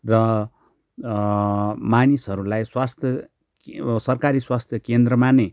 र मानिसहरूलाई स्वास्थ्य सरकारी स्वास्थ्य केन्द्रमा नै